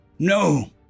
No